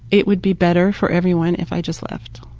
it would be better for everyone if i just left.